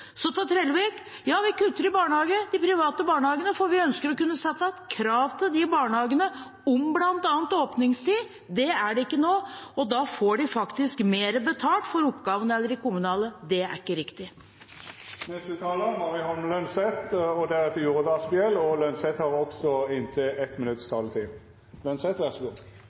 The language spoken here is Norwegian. Så til Trellevik: Ja, vi kutter i de private barnehagene, for vi ønsker å kunne stille krav til de barnehagene, om bl.a. åpningstid. Det er det ikke nå, og da får de faktisk mer betalt for oppgavene enn de kommunale. Det er ikke riktig. Representanten Mari Holm Lønseth har hatt ordet to gonger tidlegare og